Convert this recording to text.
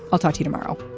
i'll talk to you tomorrow